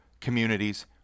communities